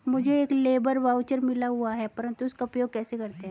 मुझे एक labour voucher मिला हुआ है परंतु उसका उपयोग कैसे करते हैं?